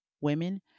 women